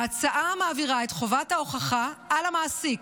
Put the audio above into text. ההצעה מעבירה את חובת ההוכחה אל המעסיק,